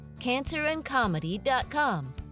cancerandcomedy.com